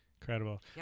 Incredible